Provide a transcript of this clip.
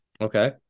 Okay